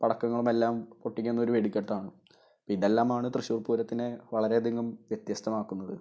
പടക്കങ്ങളുമെല്ലാം പൊട്ടിക്കുന്ന ഒരു വെടിക്കെട്ടാണ് അപ്പോൾ ഇതെല്ലാമാണ് തൃശ്ശൂര് പൂരത്തിനെ വളരെയധികം വ്യത്യസ്തമാക്കുന്നത്